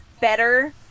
better